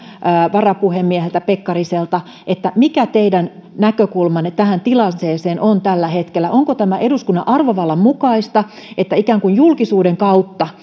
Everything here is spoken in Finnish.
varapuhemies pekkariselta mikä teidän näkökulmanne tähän tilanteeseen on tällä hetkellä onko tämä eduskunnan arvovallan mukaista että ikään kuin julkisuuden kautta